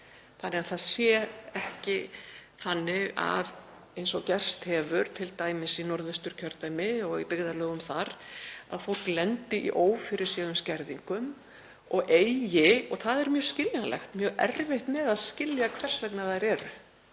þannig að það sé ekki þannig eins og gerst hefur t.d. í Norðvesturkjördæmi, í byggðarlögum þar, að fólk lendi í ófyrirséðum skerðingum og eigi, og það er mjög skiljanlegt, mjög erfitt með að skilja hvers vegna þær eru